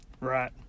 Right